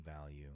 value